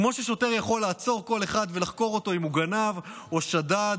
כמו ששוטר יכול לעצור כל אחד ולחקור אותו אם הוא גנב או שדד